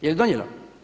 Je li donijelo?